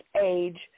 age